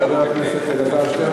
חבר הכנסת פרוש,